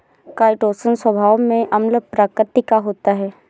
chitosan स्वभाव में अम्ल प्रकृति का होता है